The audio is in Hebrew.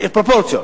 פרופורציות.